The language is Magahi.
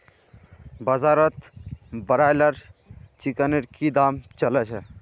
बाजारत ब्रायलर चिकनेर की दाम च ल छेक